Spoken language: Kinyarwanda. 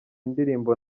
indirimbo